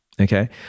Okay